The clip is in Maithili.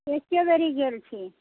एकेबेरी गेल छी